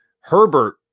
Herbert